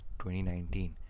2019